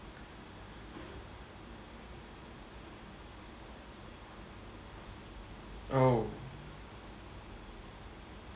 oh